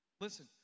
listen